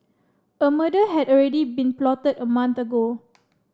a murder had already been plotted a month ago